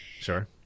Sure